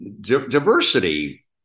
Diversity